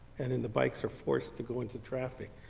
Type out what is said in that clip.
and then the bikes are forced to go into traffic.